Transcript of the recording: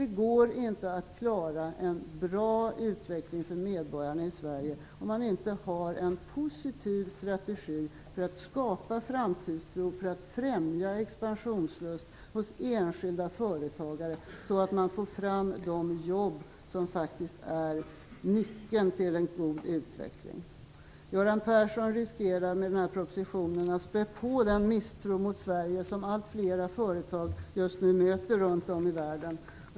Det går inte att klara en bra utveckling för medborgarna i Sverige om man inte har en positiv strategi för att skapa framtidstro och för att främja expansionslust hos enskilda företagare så att man får fram de jobb som faktiskt är nyckeln till en god utveckling. Göran Persson riskerar med denna proposition att spä på den misstro mot Sverige som allt flera företag just nu möter runt om i världen.